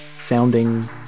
sounding